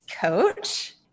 coach